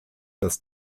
das